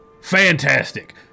Fantastic